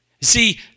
See